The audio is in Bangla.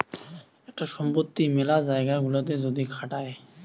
একটা সম্পত্তি মেলা জায়গা গুলাতে যদি খাটায়